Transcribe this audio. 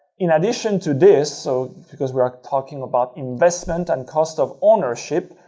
in addition to this, so because we are talking about investment and cost of ownership,